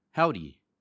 Howdy